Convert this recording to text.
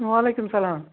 وعلیکُم سلام